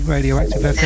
Radioactive